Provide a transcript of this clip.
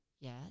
yes